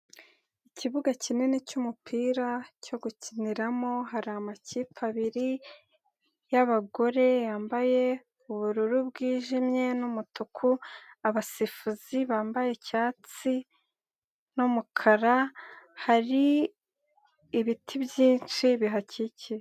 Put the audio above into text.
Ikibuga kinini cy'umupira cyo gukiniramo, hari amakipe abiri y'abagore yambaye ubururu bwijimye n'umutuku, abasifuzi bambaye icyatsi n'umukara, hari ibiti byinshi bihakikije.